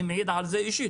אני מעיד על זה אישית.